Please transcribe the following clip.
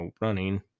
running